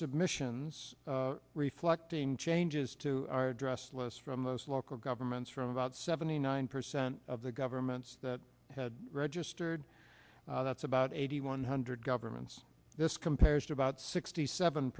submissions reflecting changes to our address less from most local governments from about seventy nine percent of the governments that had registered that's about eighty one hundred governments this compares to about sixty seven